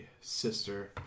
sister